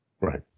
Right